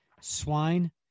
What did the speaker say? Swine